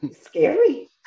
scary